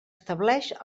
estableix